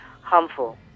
harmful